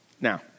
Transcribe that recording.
Now